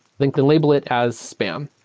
then label it as spam.